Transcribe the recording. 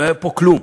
לא היה פה כלום.